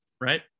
right